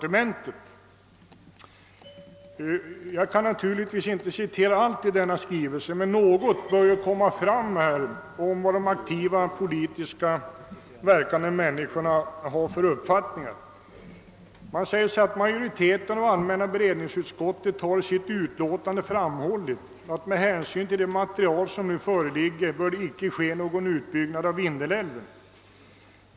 Jag kan naturligtvis inte citera allt i denna skrivelse, men något bör ju komma fram om vad de aktiva politikerna har för uppfattning. Man säger: »Majoriteten av allmänna beredningsutskottet har i sitt utlåtande framhållit, att med hänsyn till det materiel som nu föreligger bör det icke ske någon utbyggnad av Vindelälven.